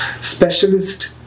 specialist